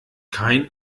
kein